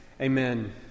Amen